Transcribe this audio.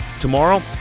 Tomorrow